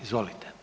Izvolite.